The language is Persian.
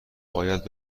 باید